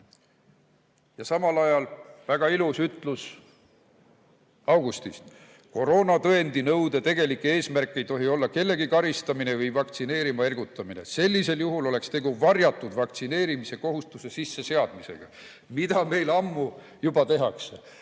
Ja samal ajal väga ilus ütlus augustis: "Koroonatõendi nõude tegelik eesmärk ei tohi olla kellegi karistamine või vaktsineerima ergutamine. Sellisel juhul oleks tegu varjatud vaktsineerimise kohustuse sisseseadmisega." Seda aga meil juba ammu tehakse.